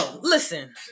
listen